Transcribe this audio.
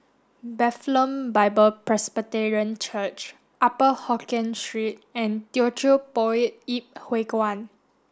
Bethlehem Bible Presbyterian Church Upper Hokkien Street and Teochew Poit Ip Huay Kuan